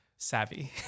savvy